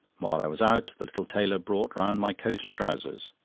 while i was out, the little tailor brought round my coat and trousers,